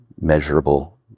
measurable